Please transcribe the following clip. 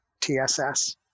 TSS